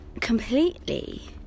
completely